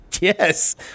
Yes